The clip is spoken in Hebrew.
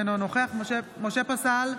אינו נוכח משה פסל,